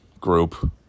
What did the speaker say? group